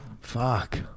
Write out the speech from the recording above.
Fuck